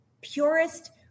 Purest